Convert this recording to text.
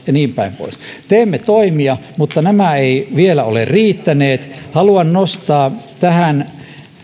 ja niinpäin pois teemme toimia mutta nämä eivät vielä ole riittäneet haluan nostaa tähän